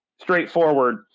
straightforward